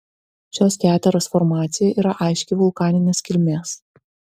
šios keteros formacija yra aiškiai vulkaninės kilmės